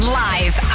live